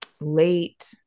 late